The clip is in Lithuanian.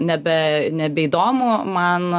nebe nebeįdomu man